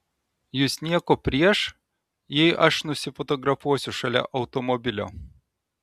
jus nieko prieš jei aš nusifotografuosiu šalia automobilio